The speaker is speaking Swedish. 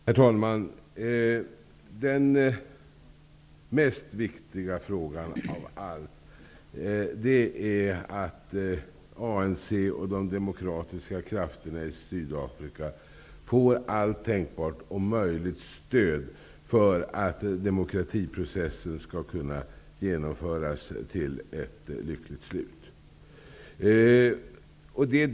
Herr talman! Den absolut viktigaste frågan är att ANC och de demokratiska krafterna i Sydafrika får allt tänkbart och möjligt stöd för att demokratiprocessen skall kunna genomdrivas till ett lyckligt slut.